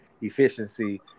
efficiency